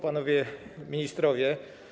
Panowie Ministrowie!